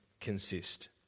consist